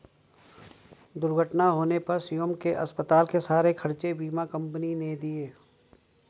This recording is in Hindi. दुर्घटना होने पर शिवम के अस्पताल के सारे खर्चे बीमा कंपनी ने दिए